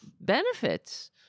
benefits